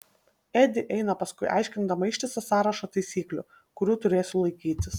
edi eina paskui aiškindama ištisą sąrašą taisyklių kurių turėsiu laikytis